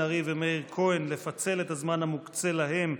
ארי ומאיר כהן לפצל את הזמן המוקצה להם,